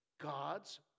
God's